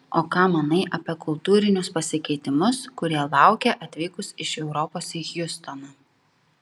o ką manai apie kultūrinius pasikeitimus kurie laukė atvykus iš europos į hjustoną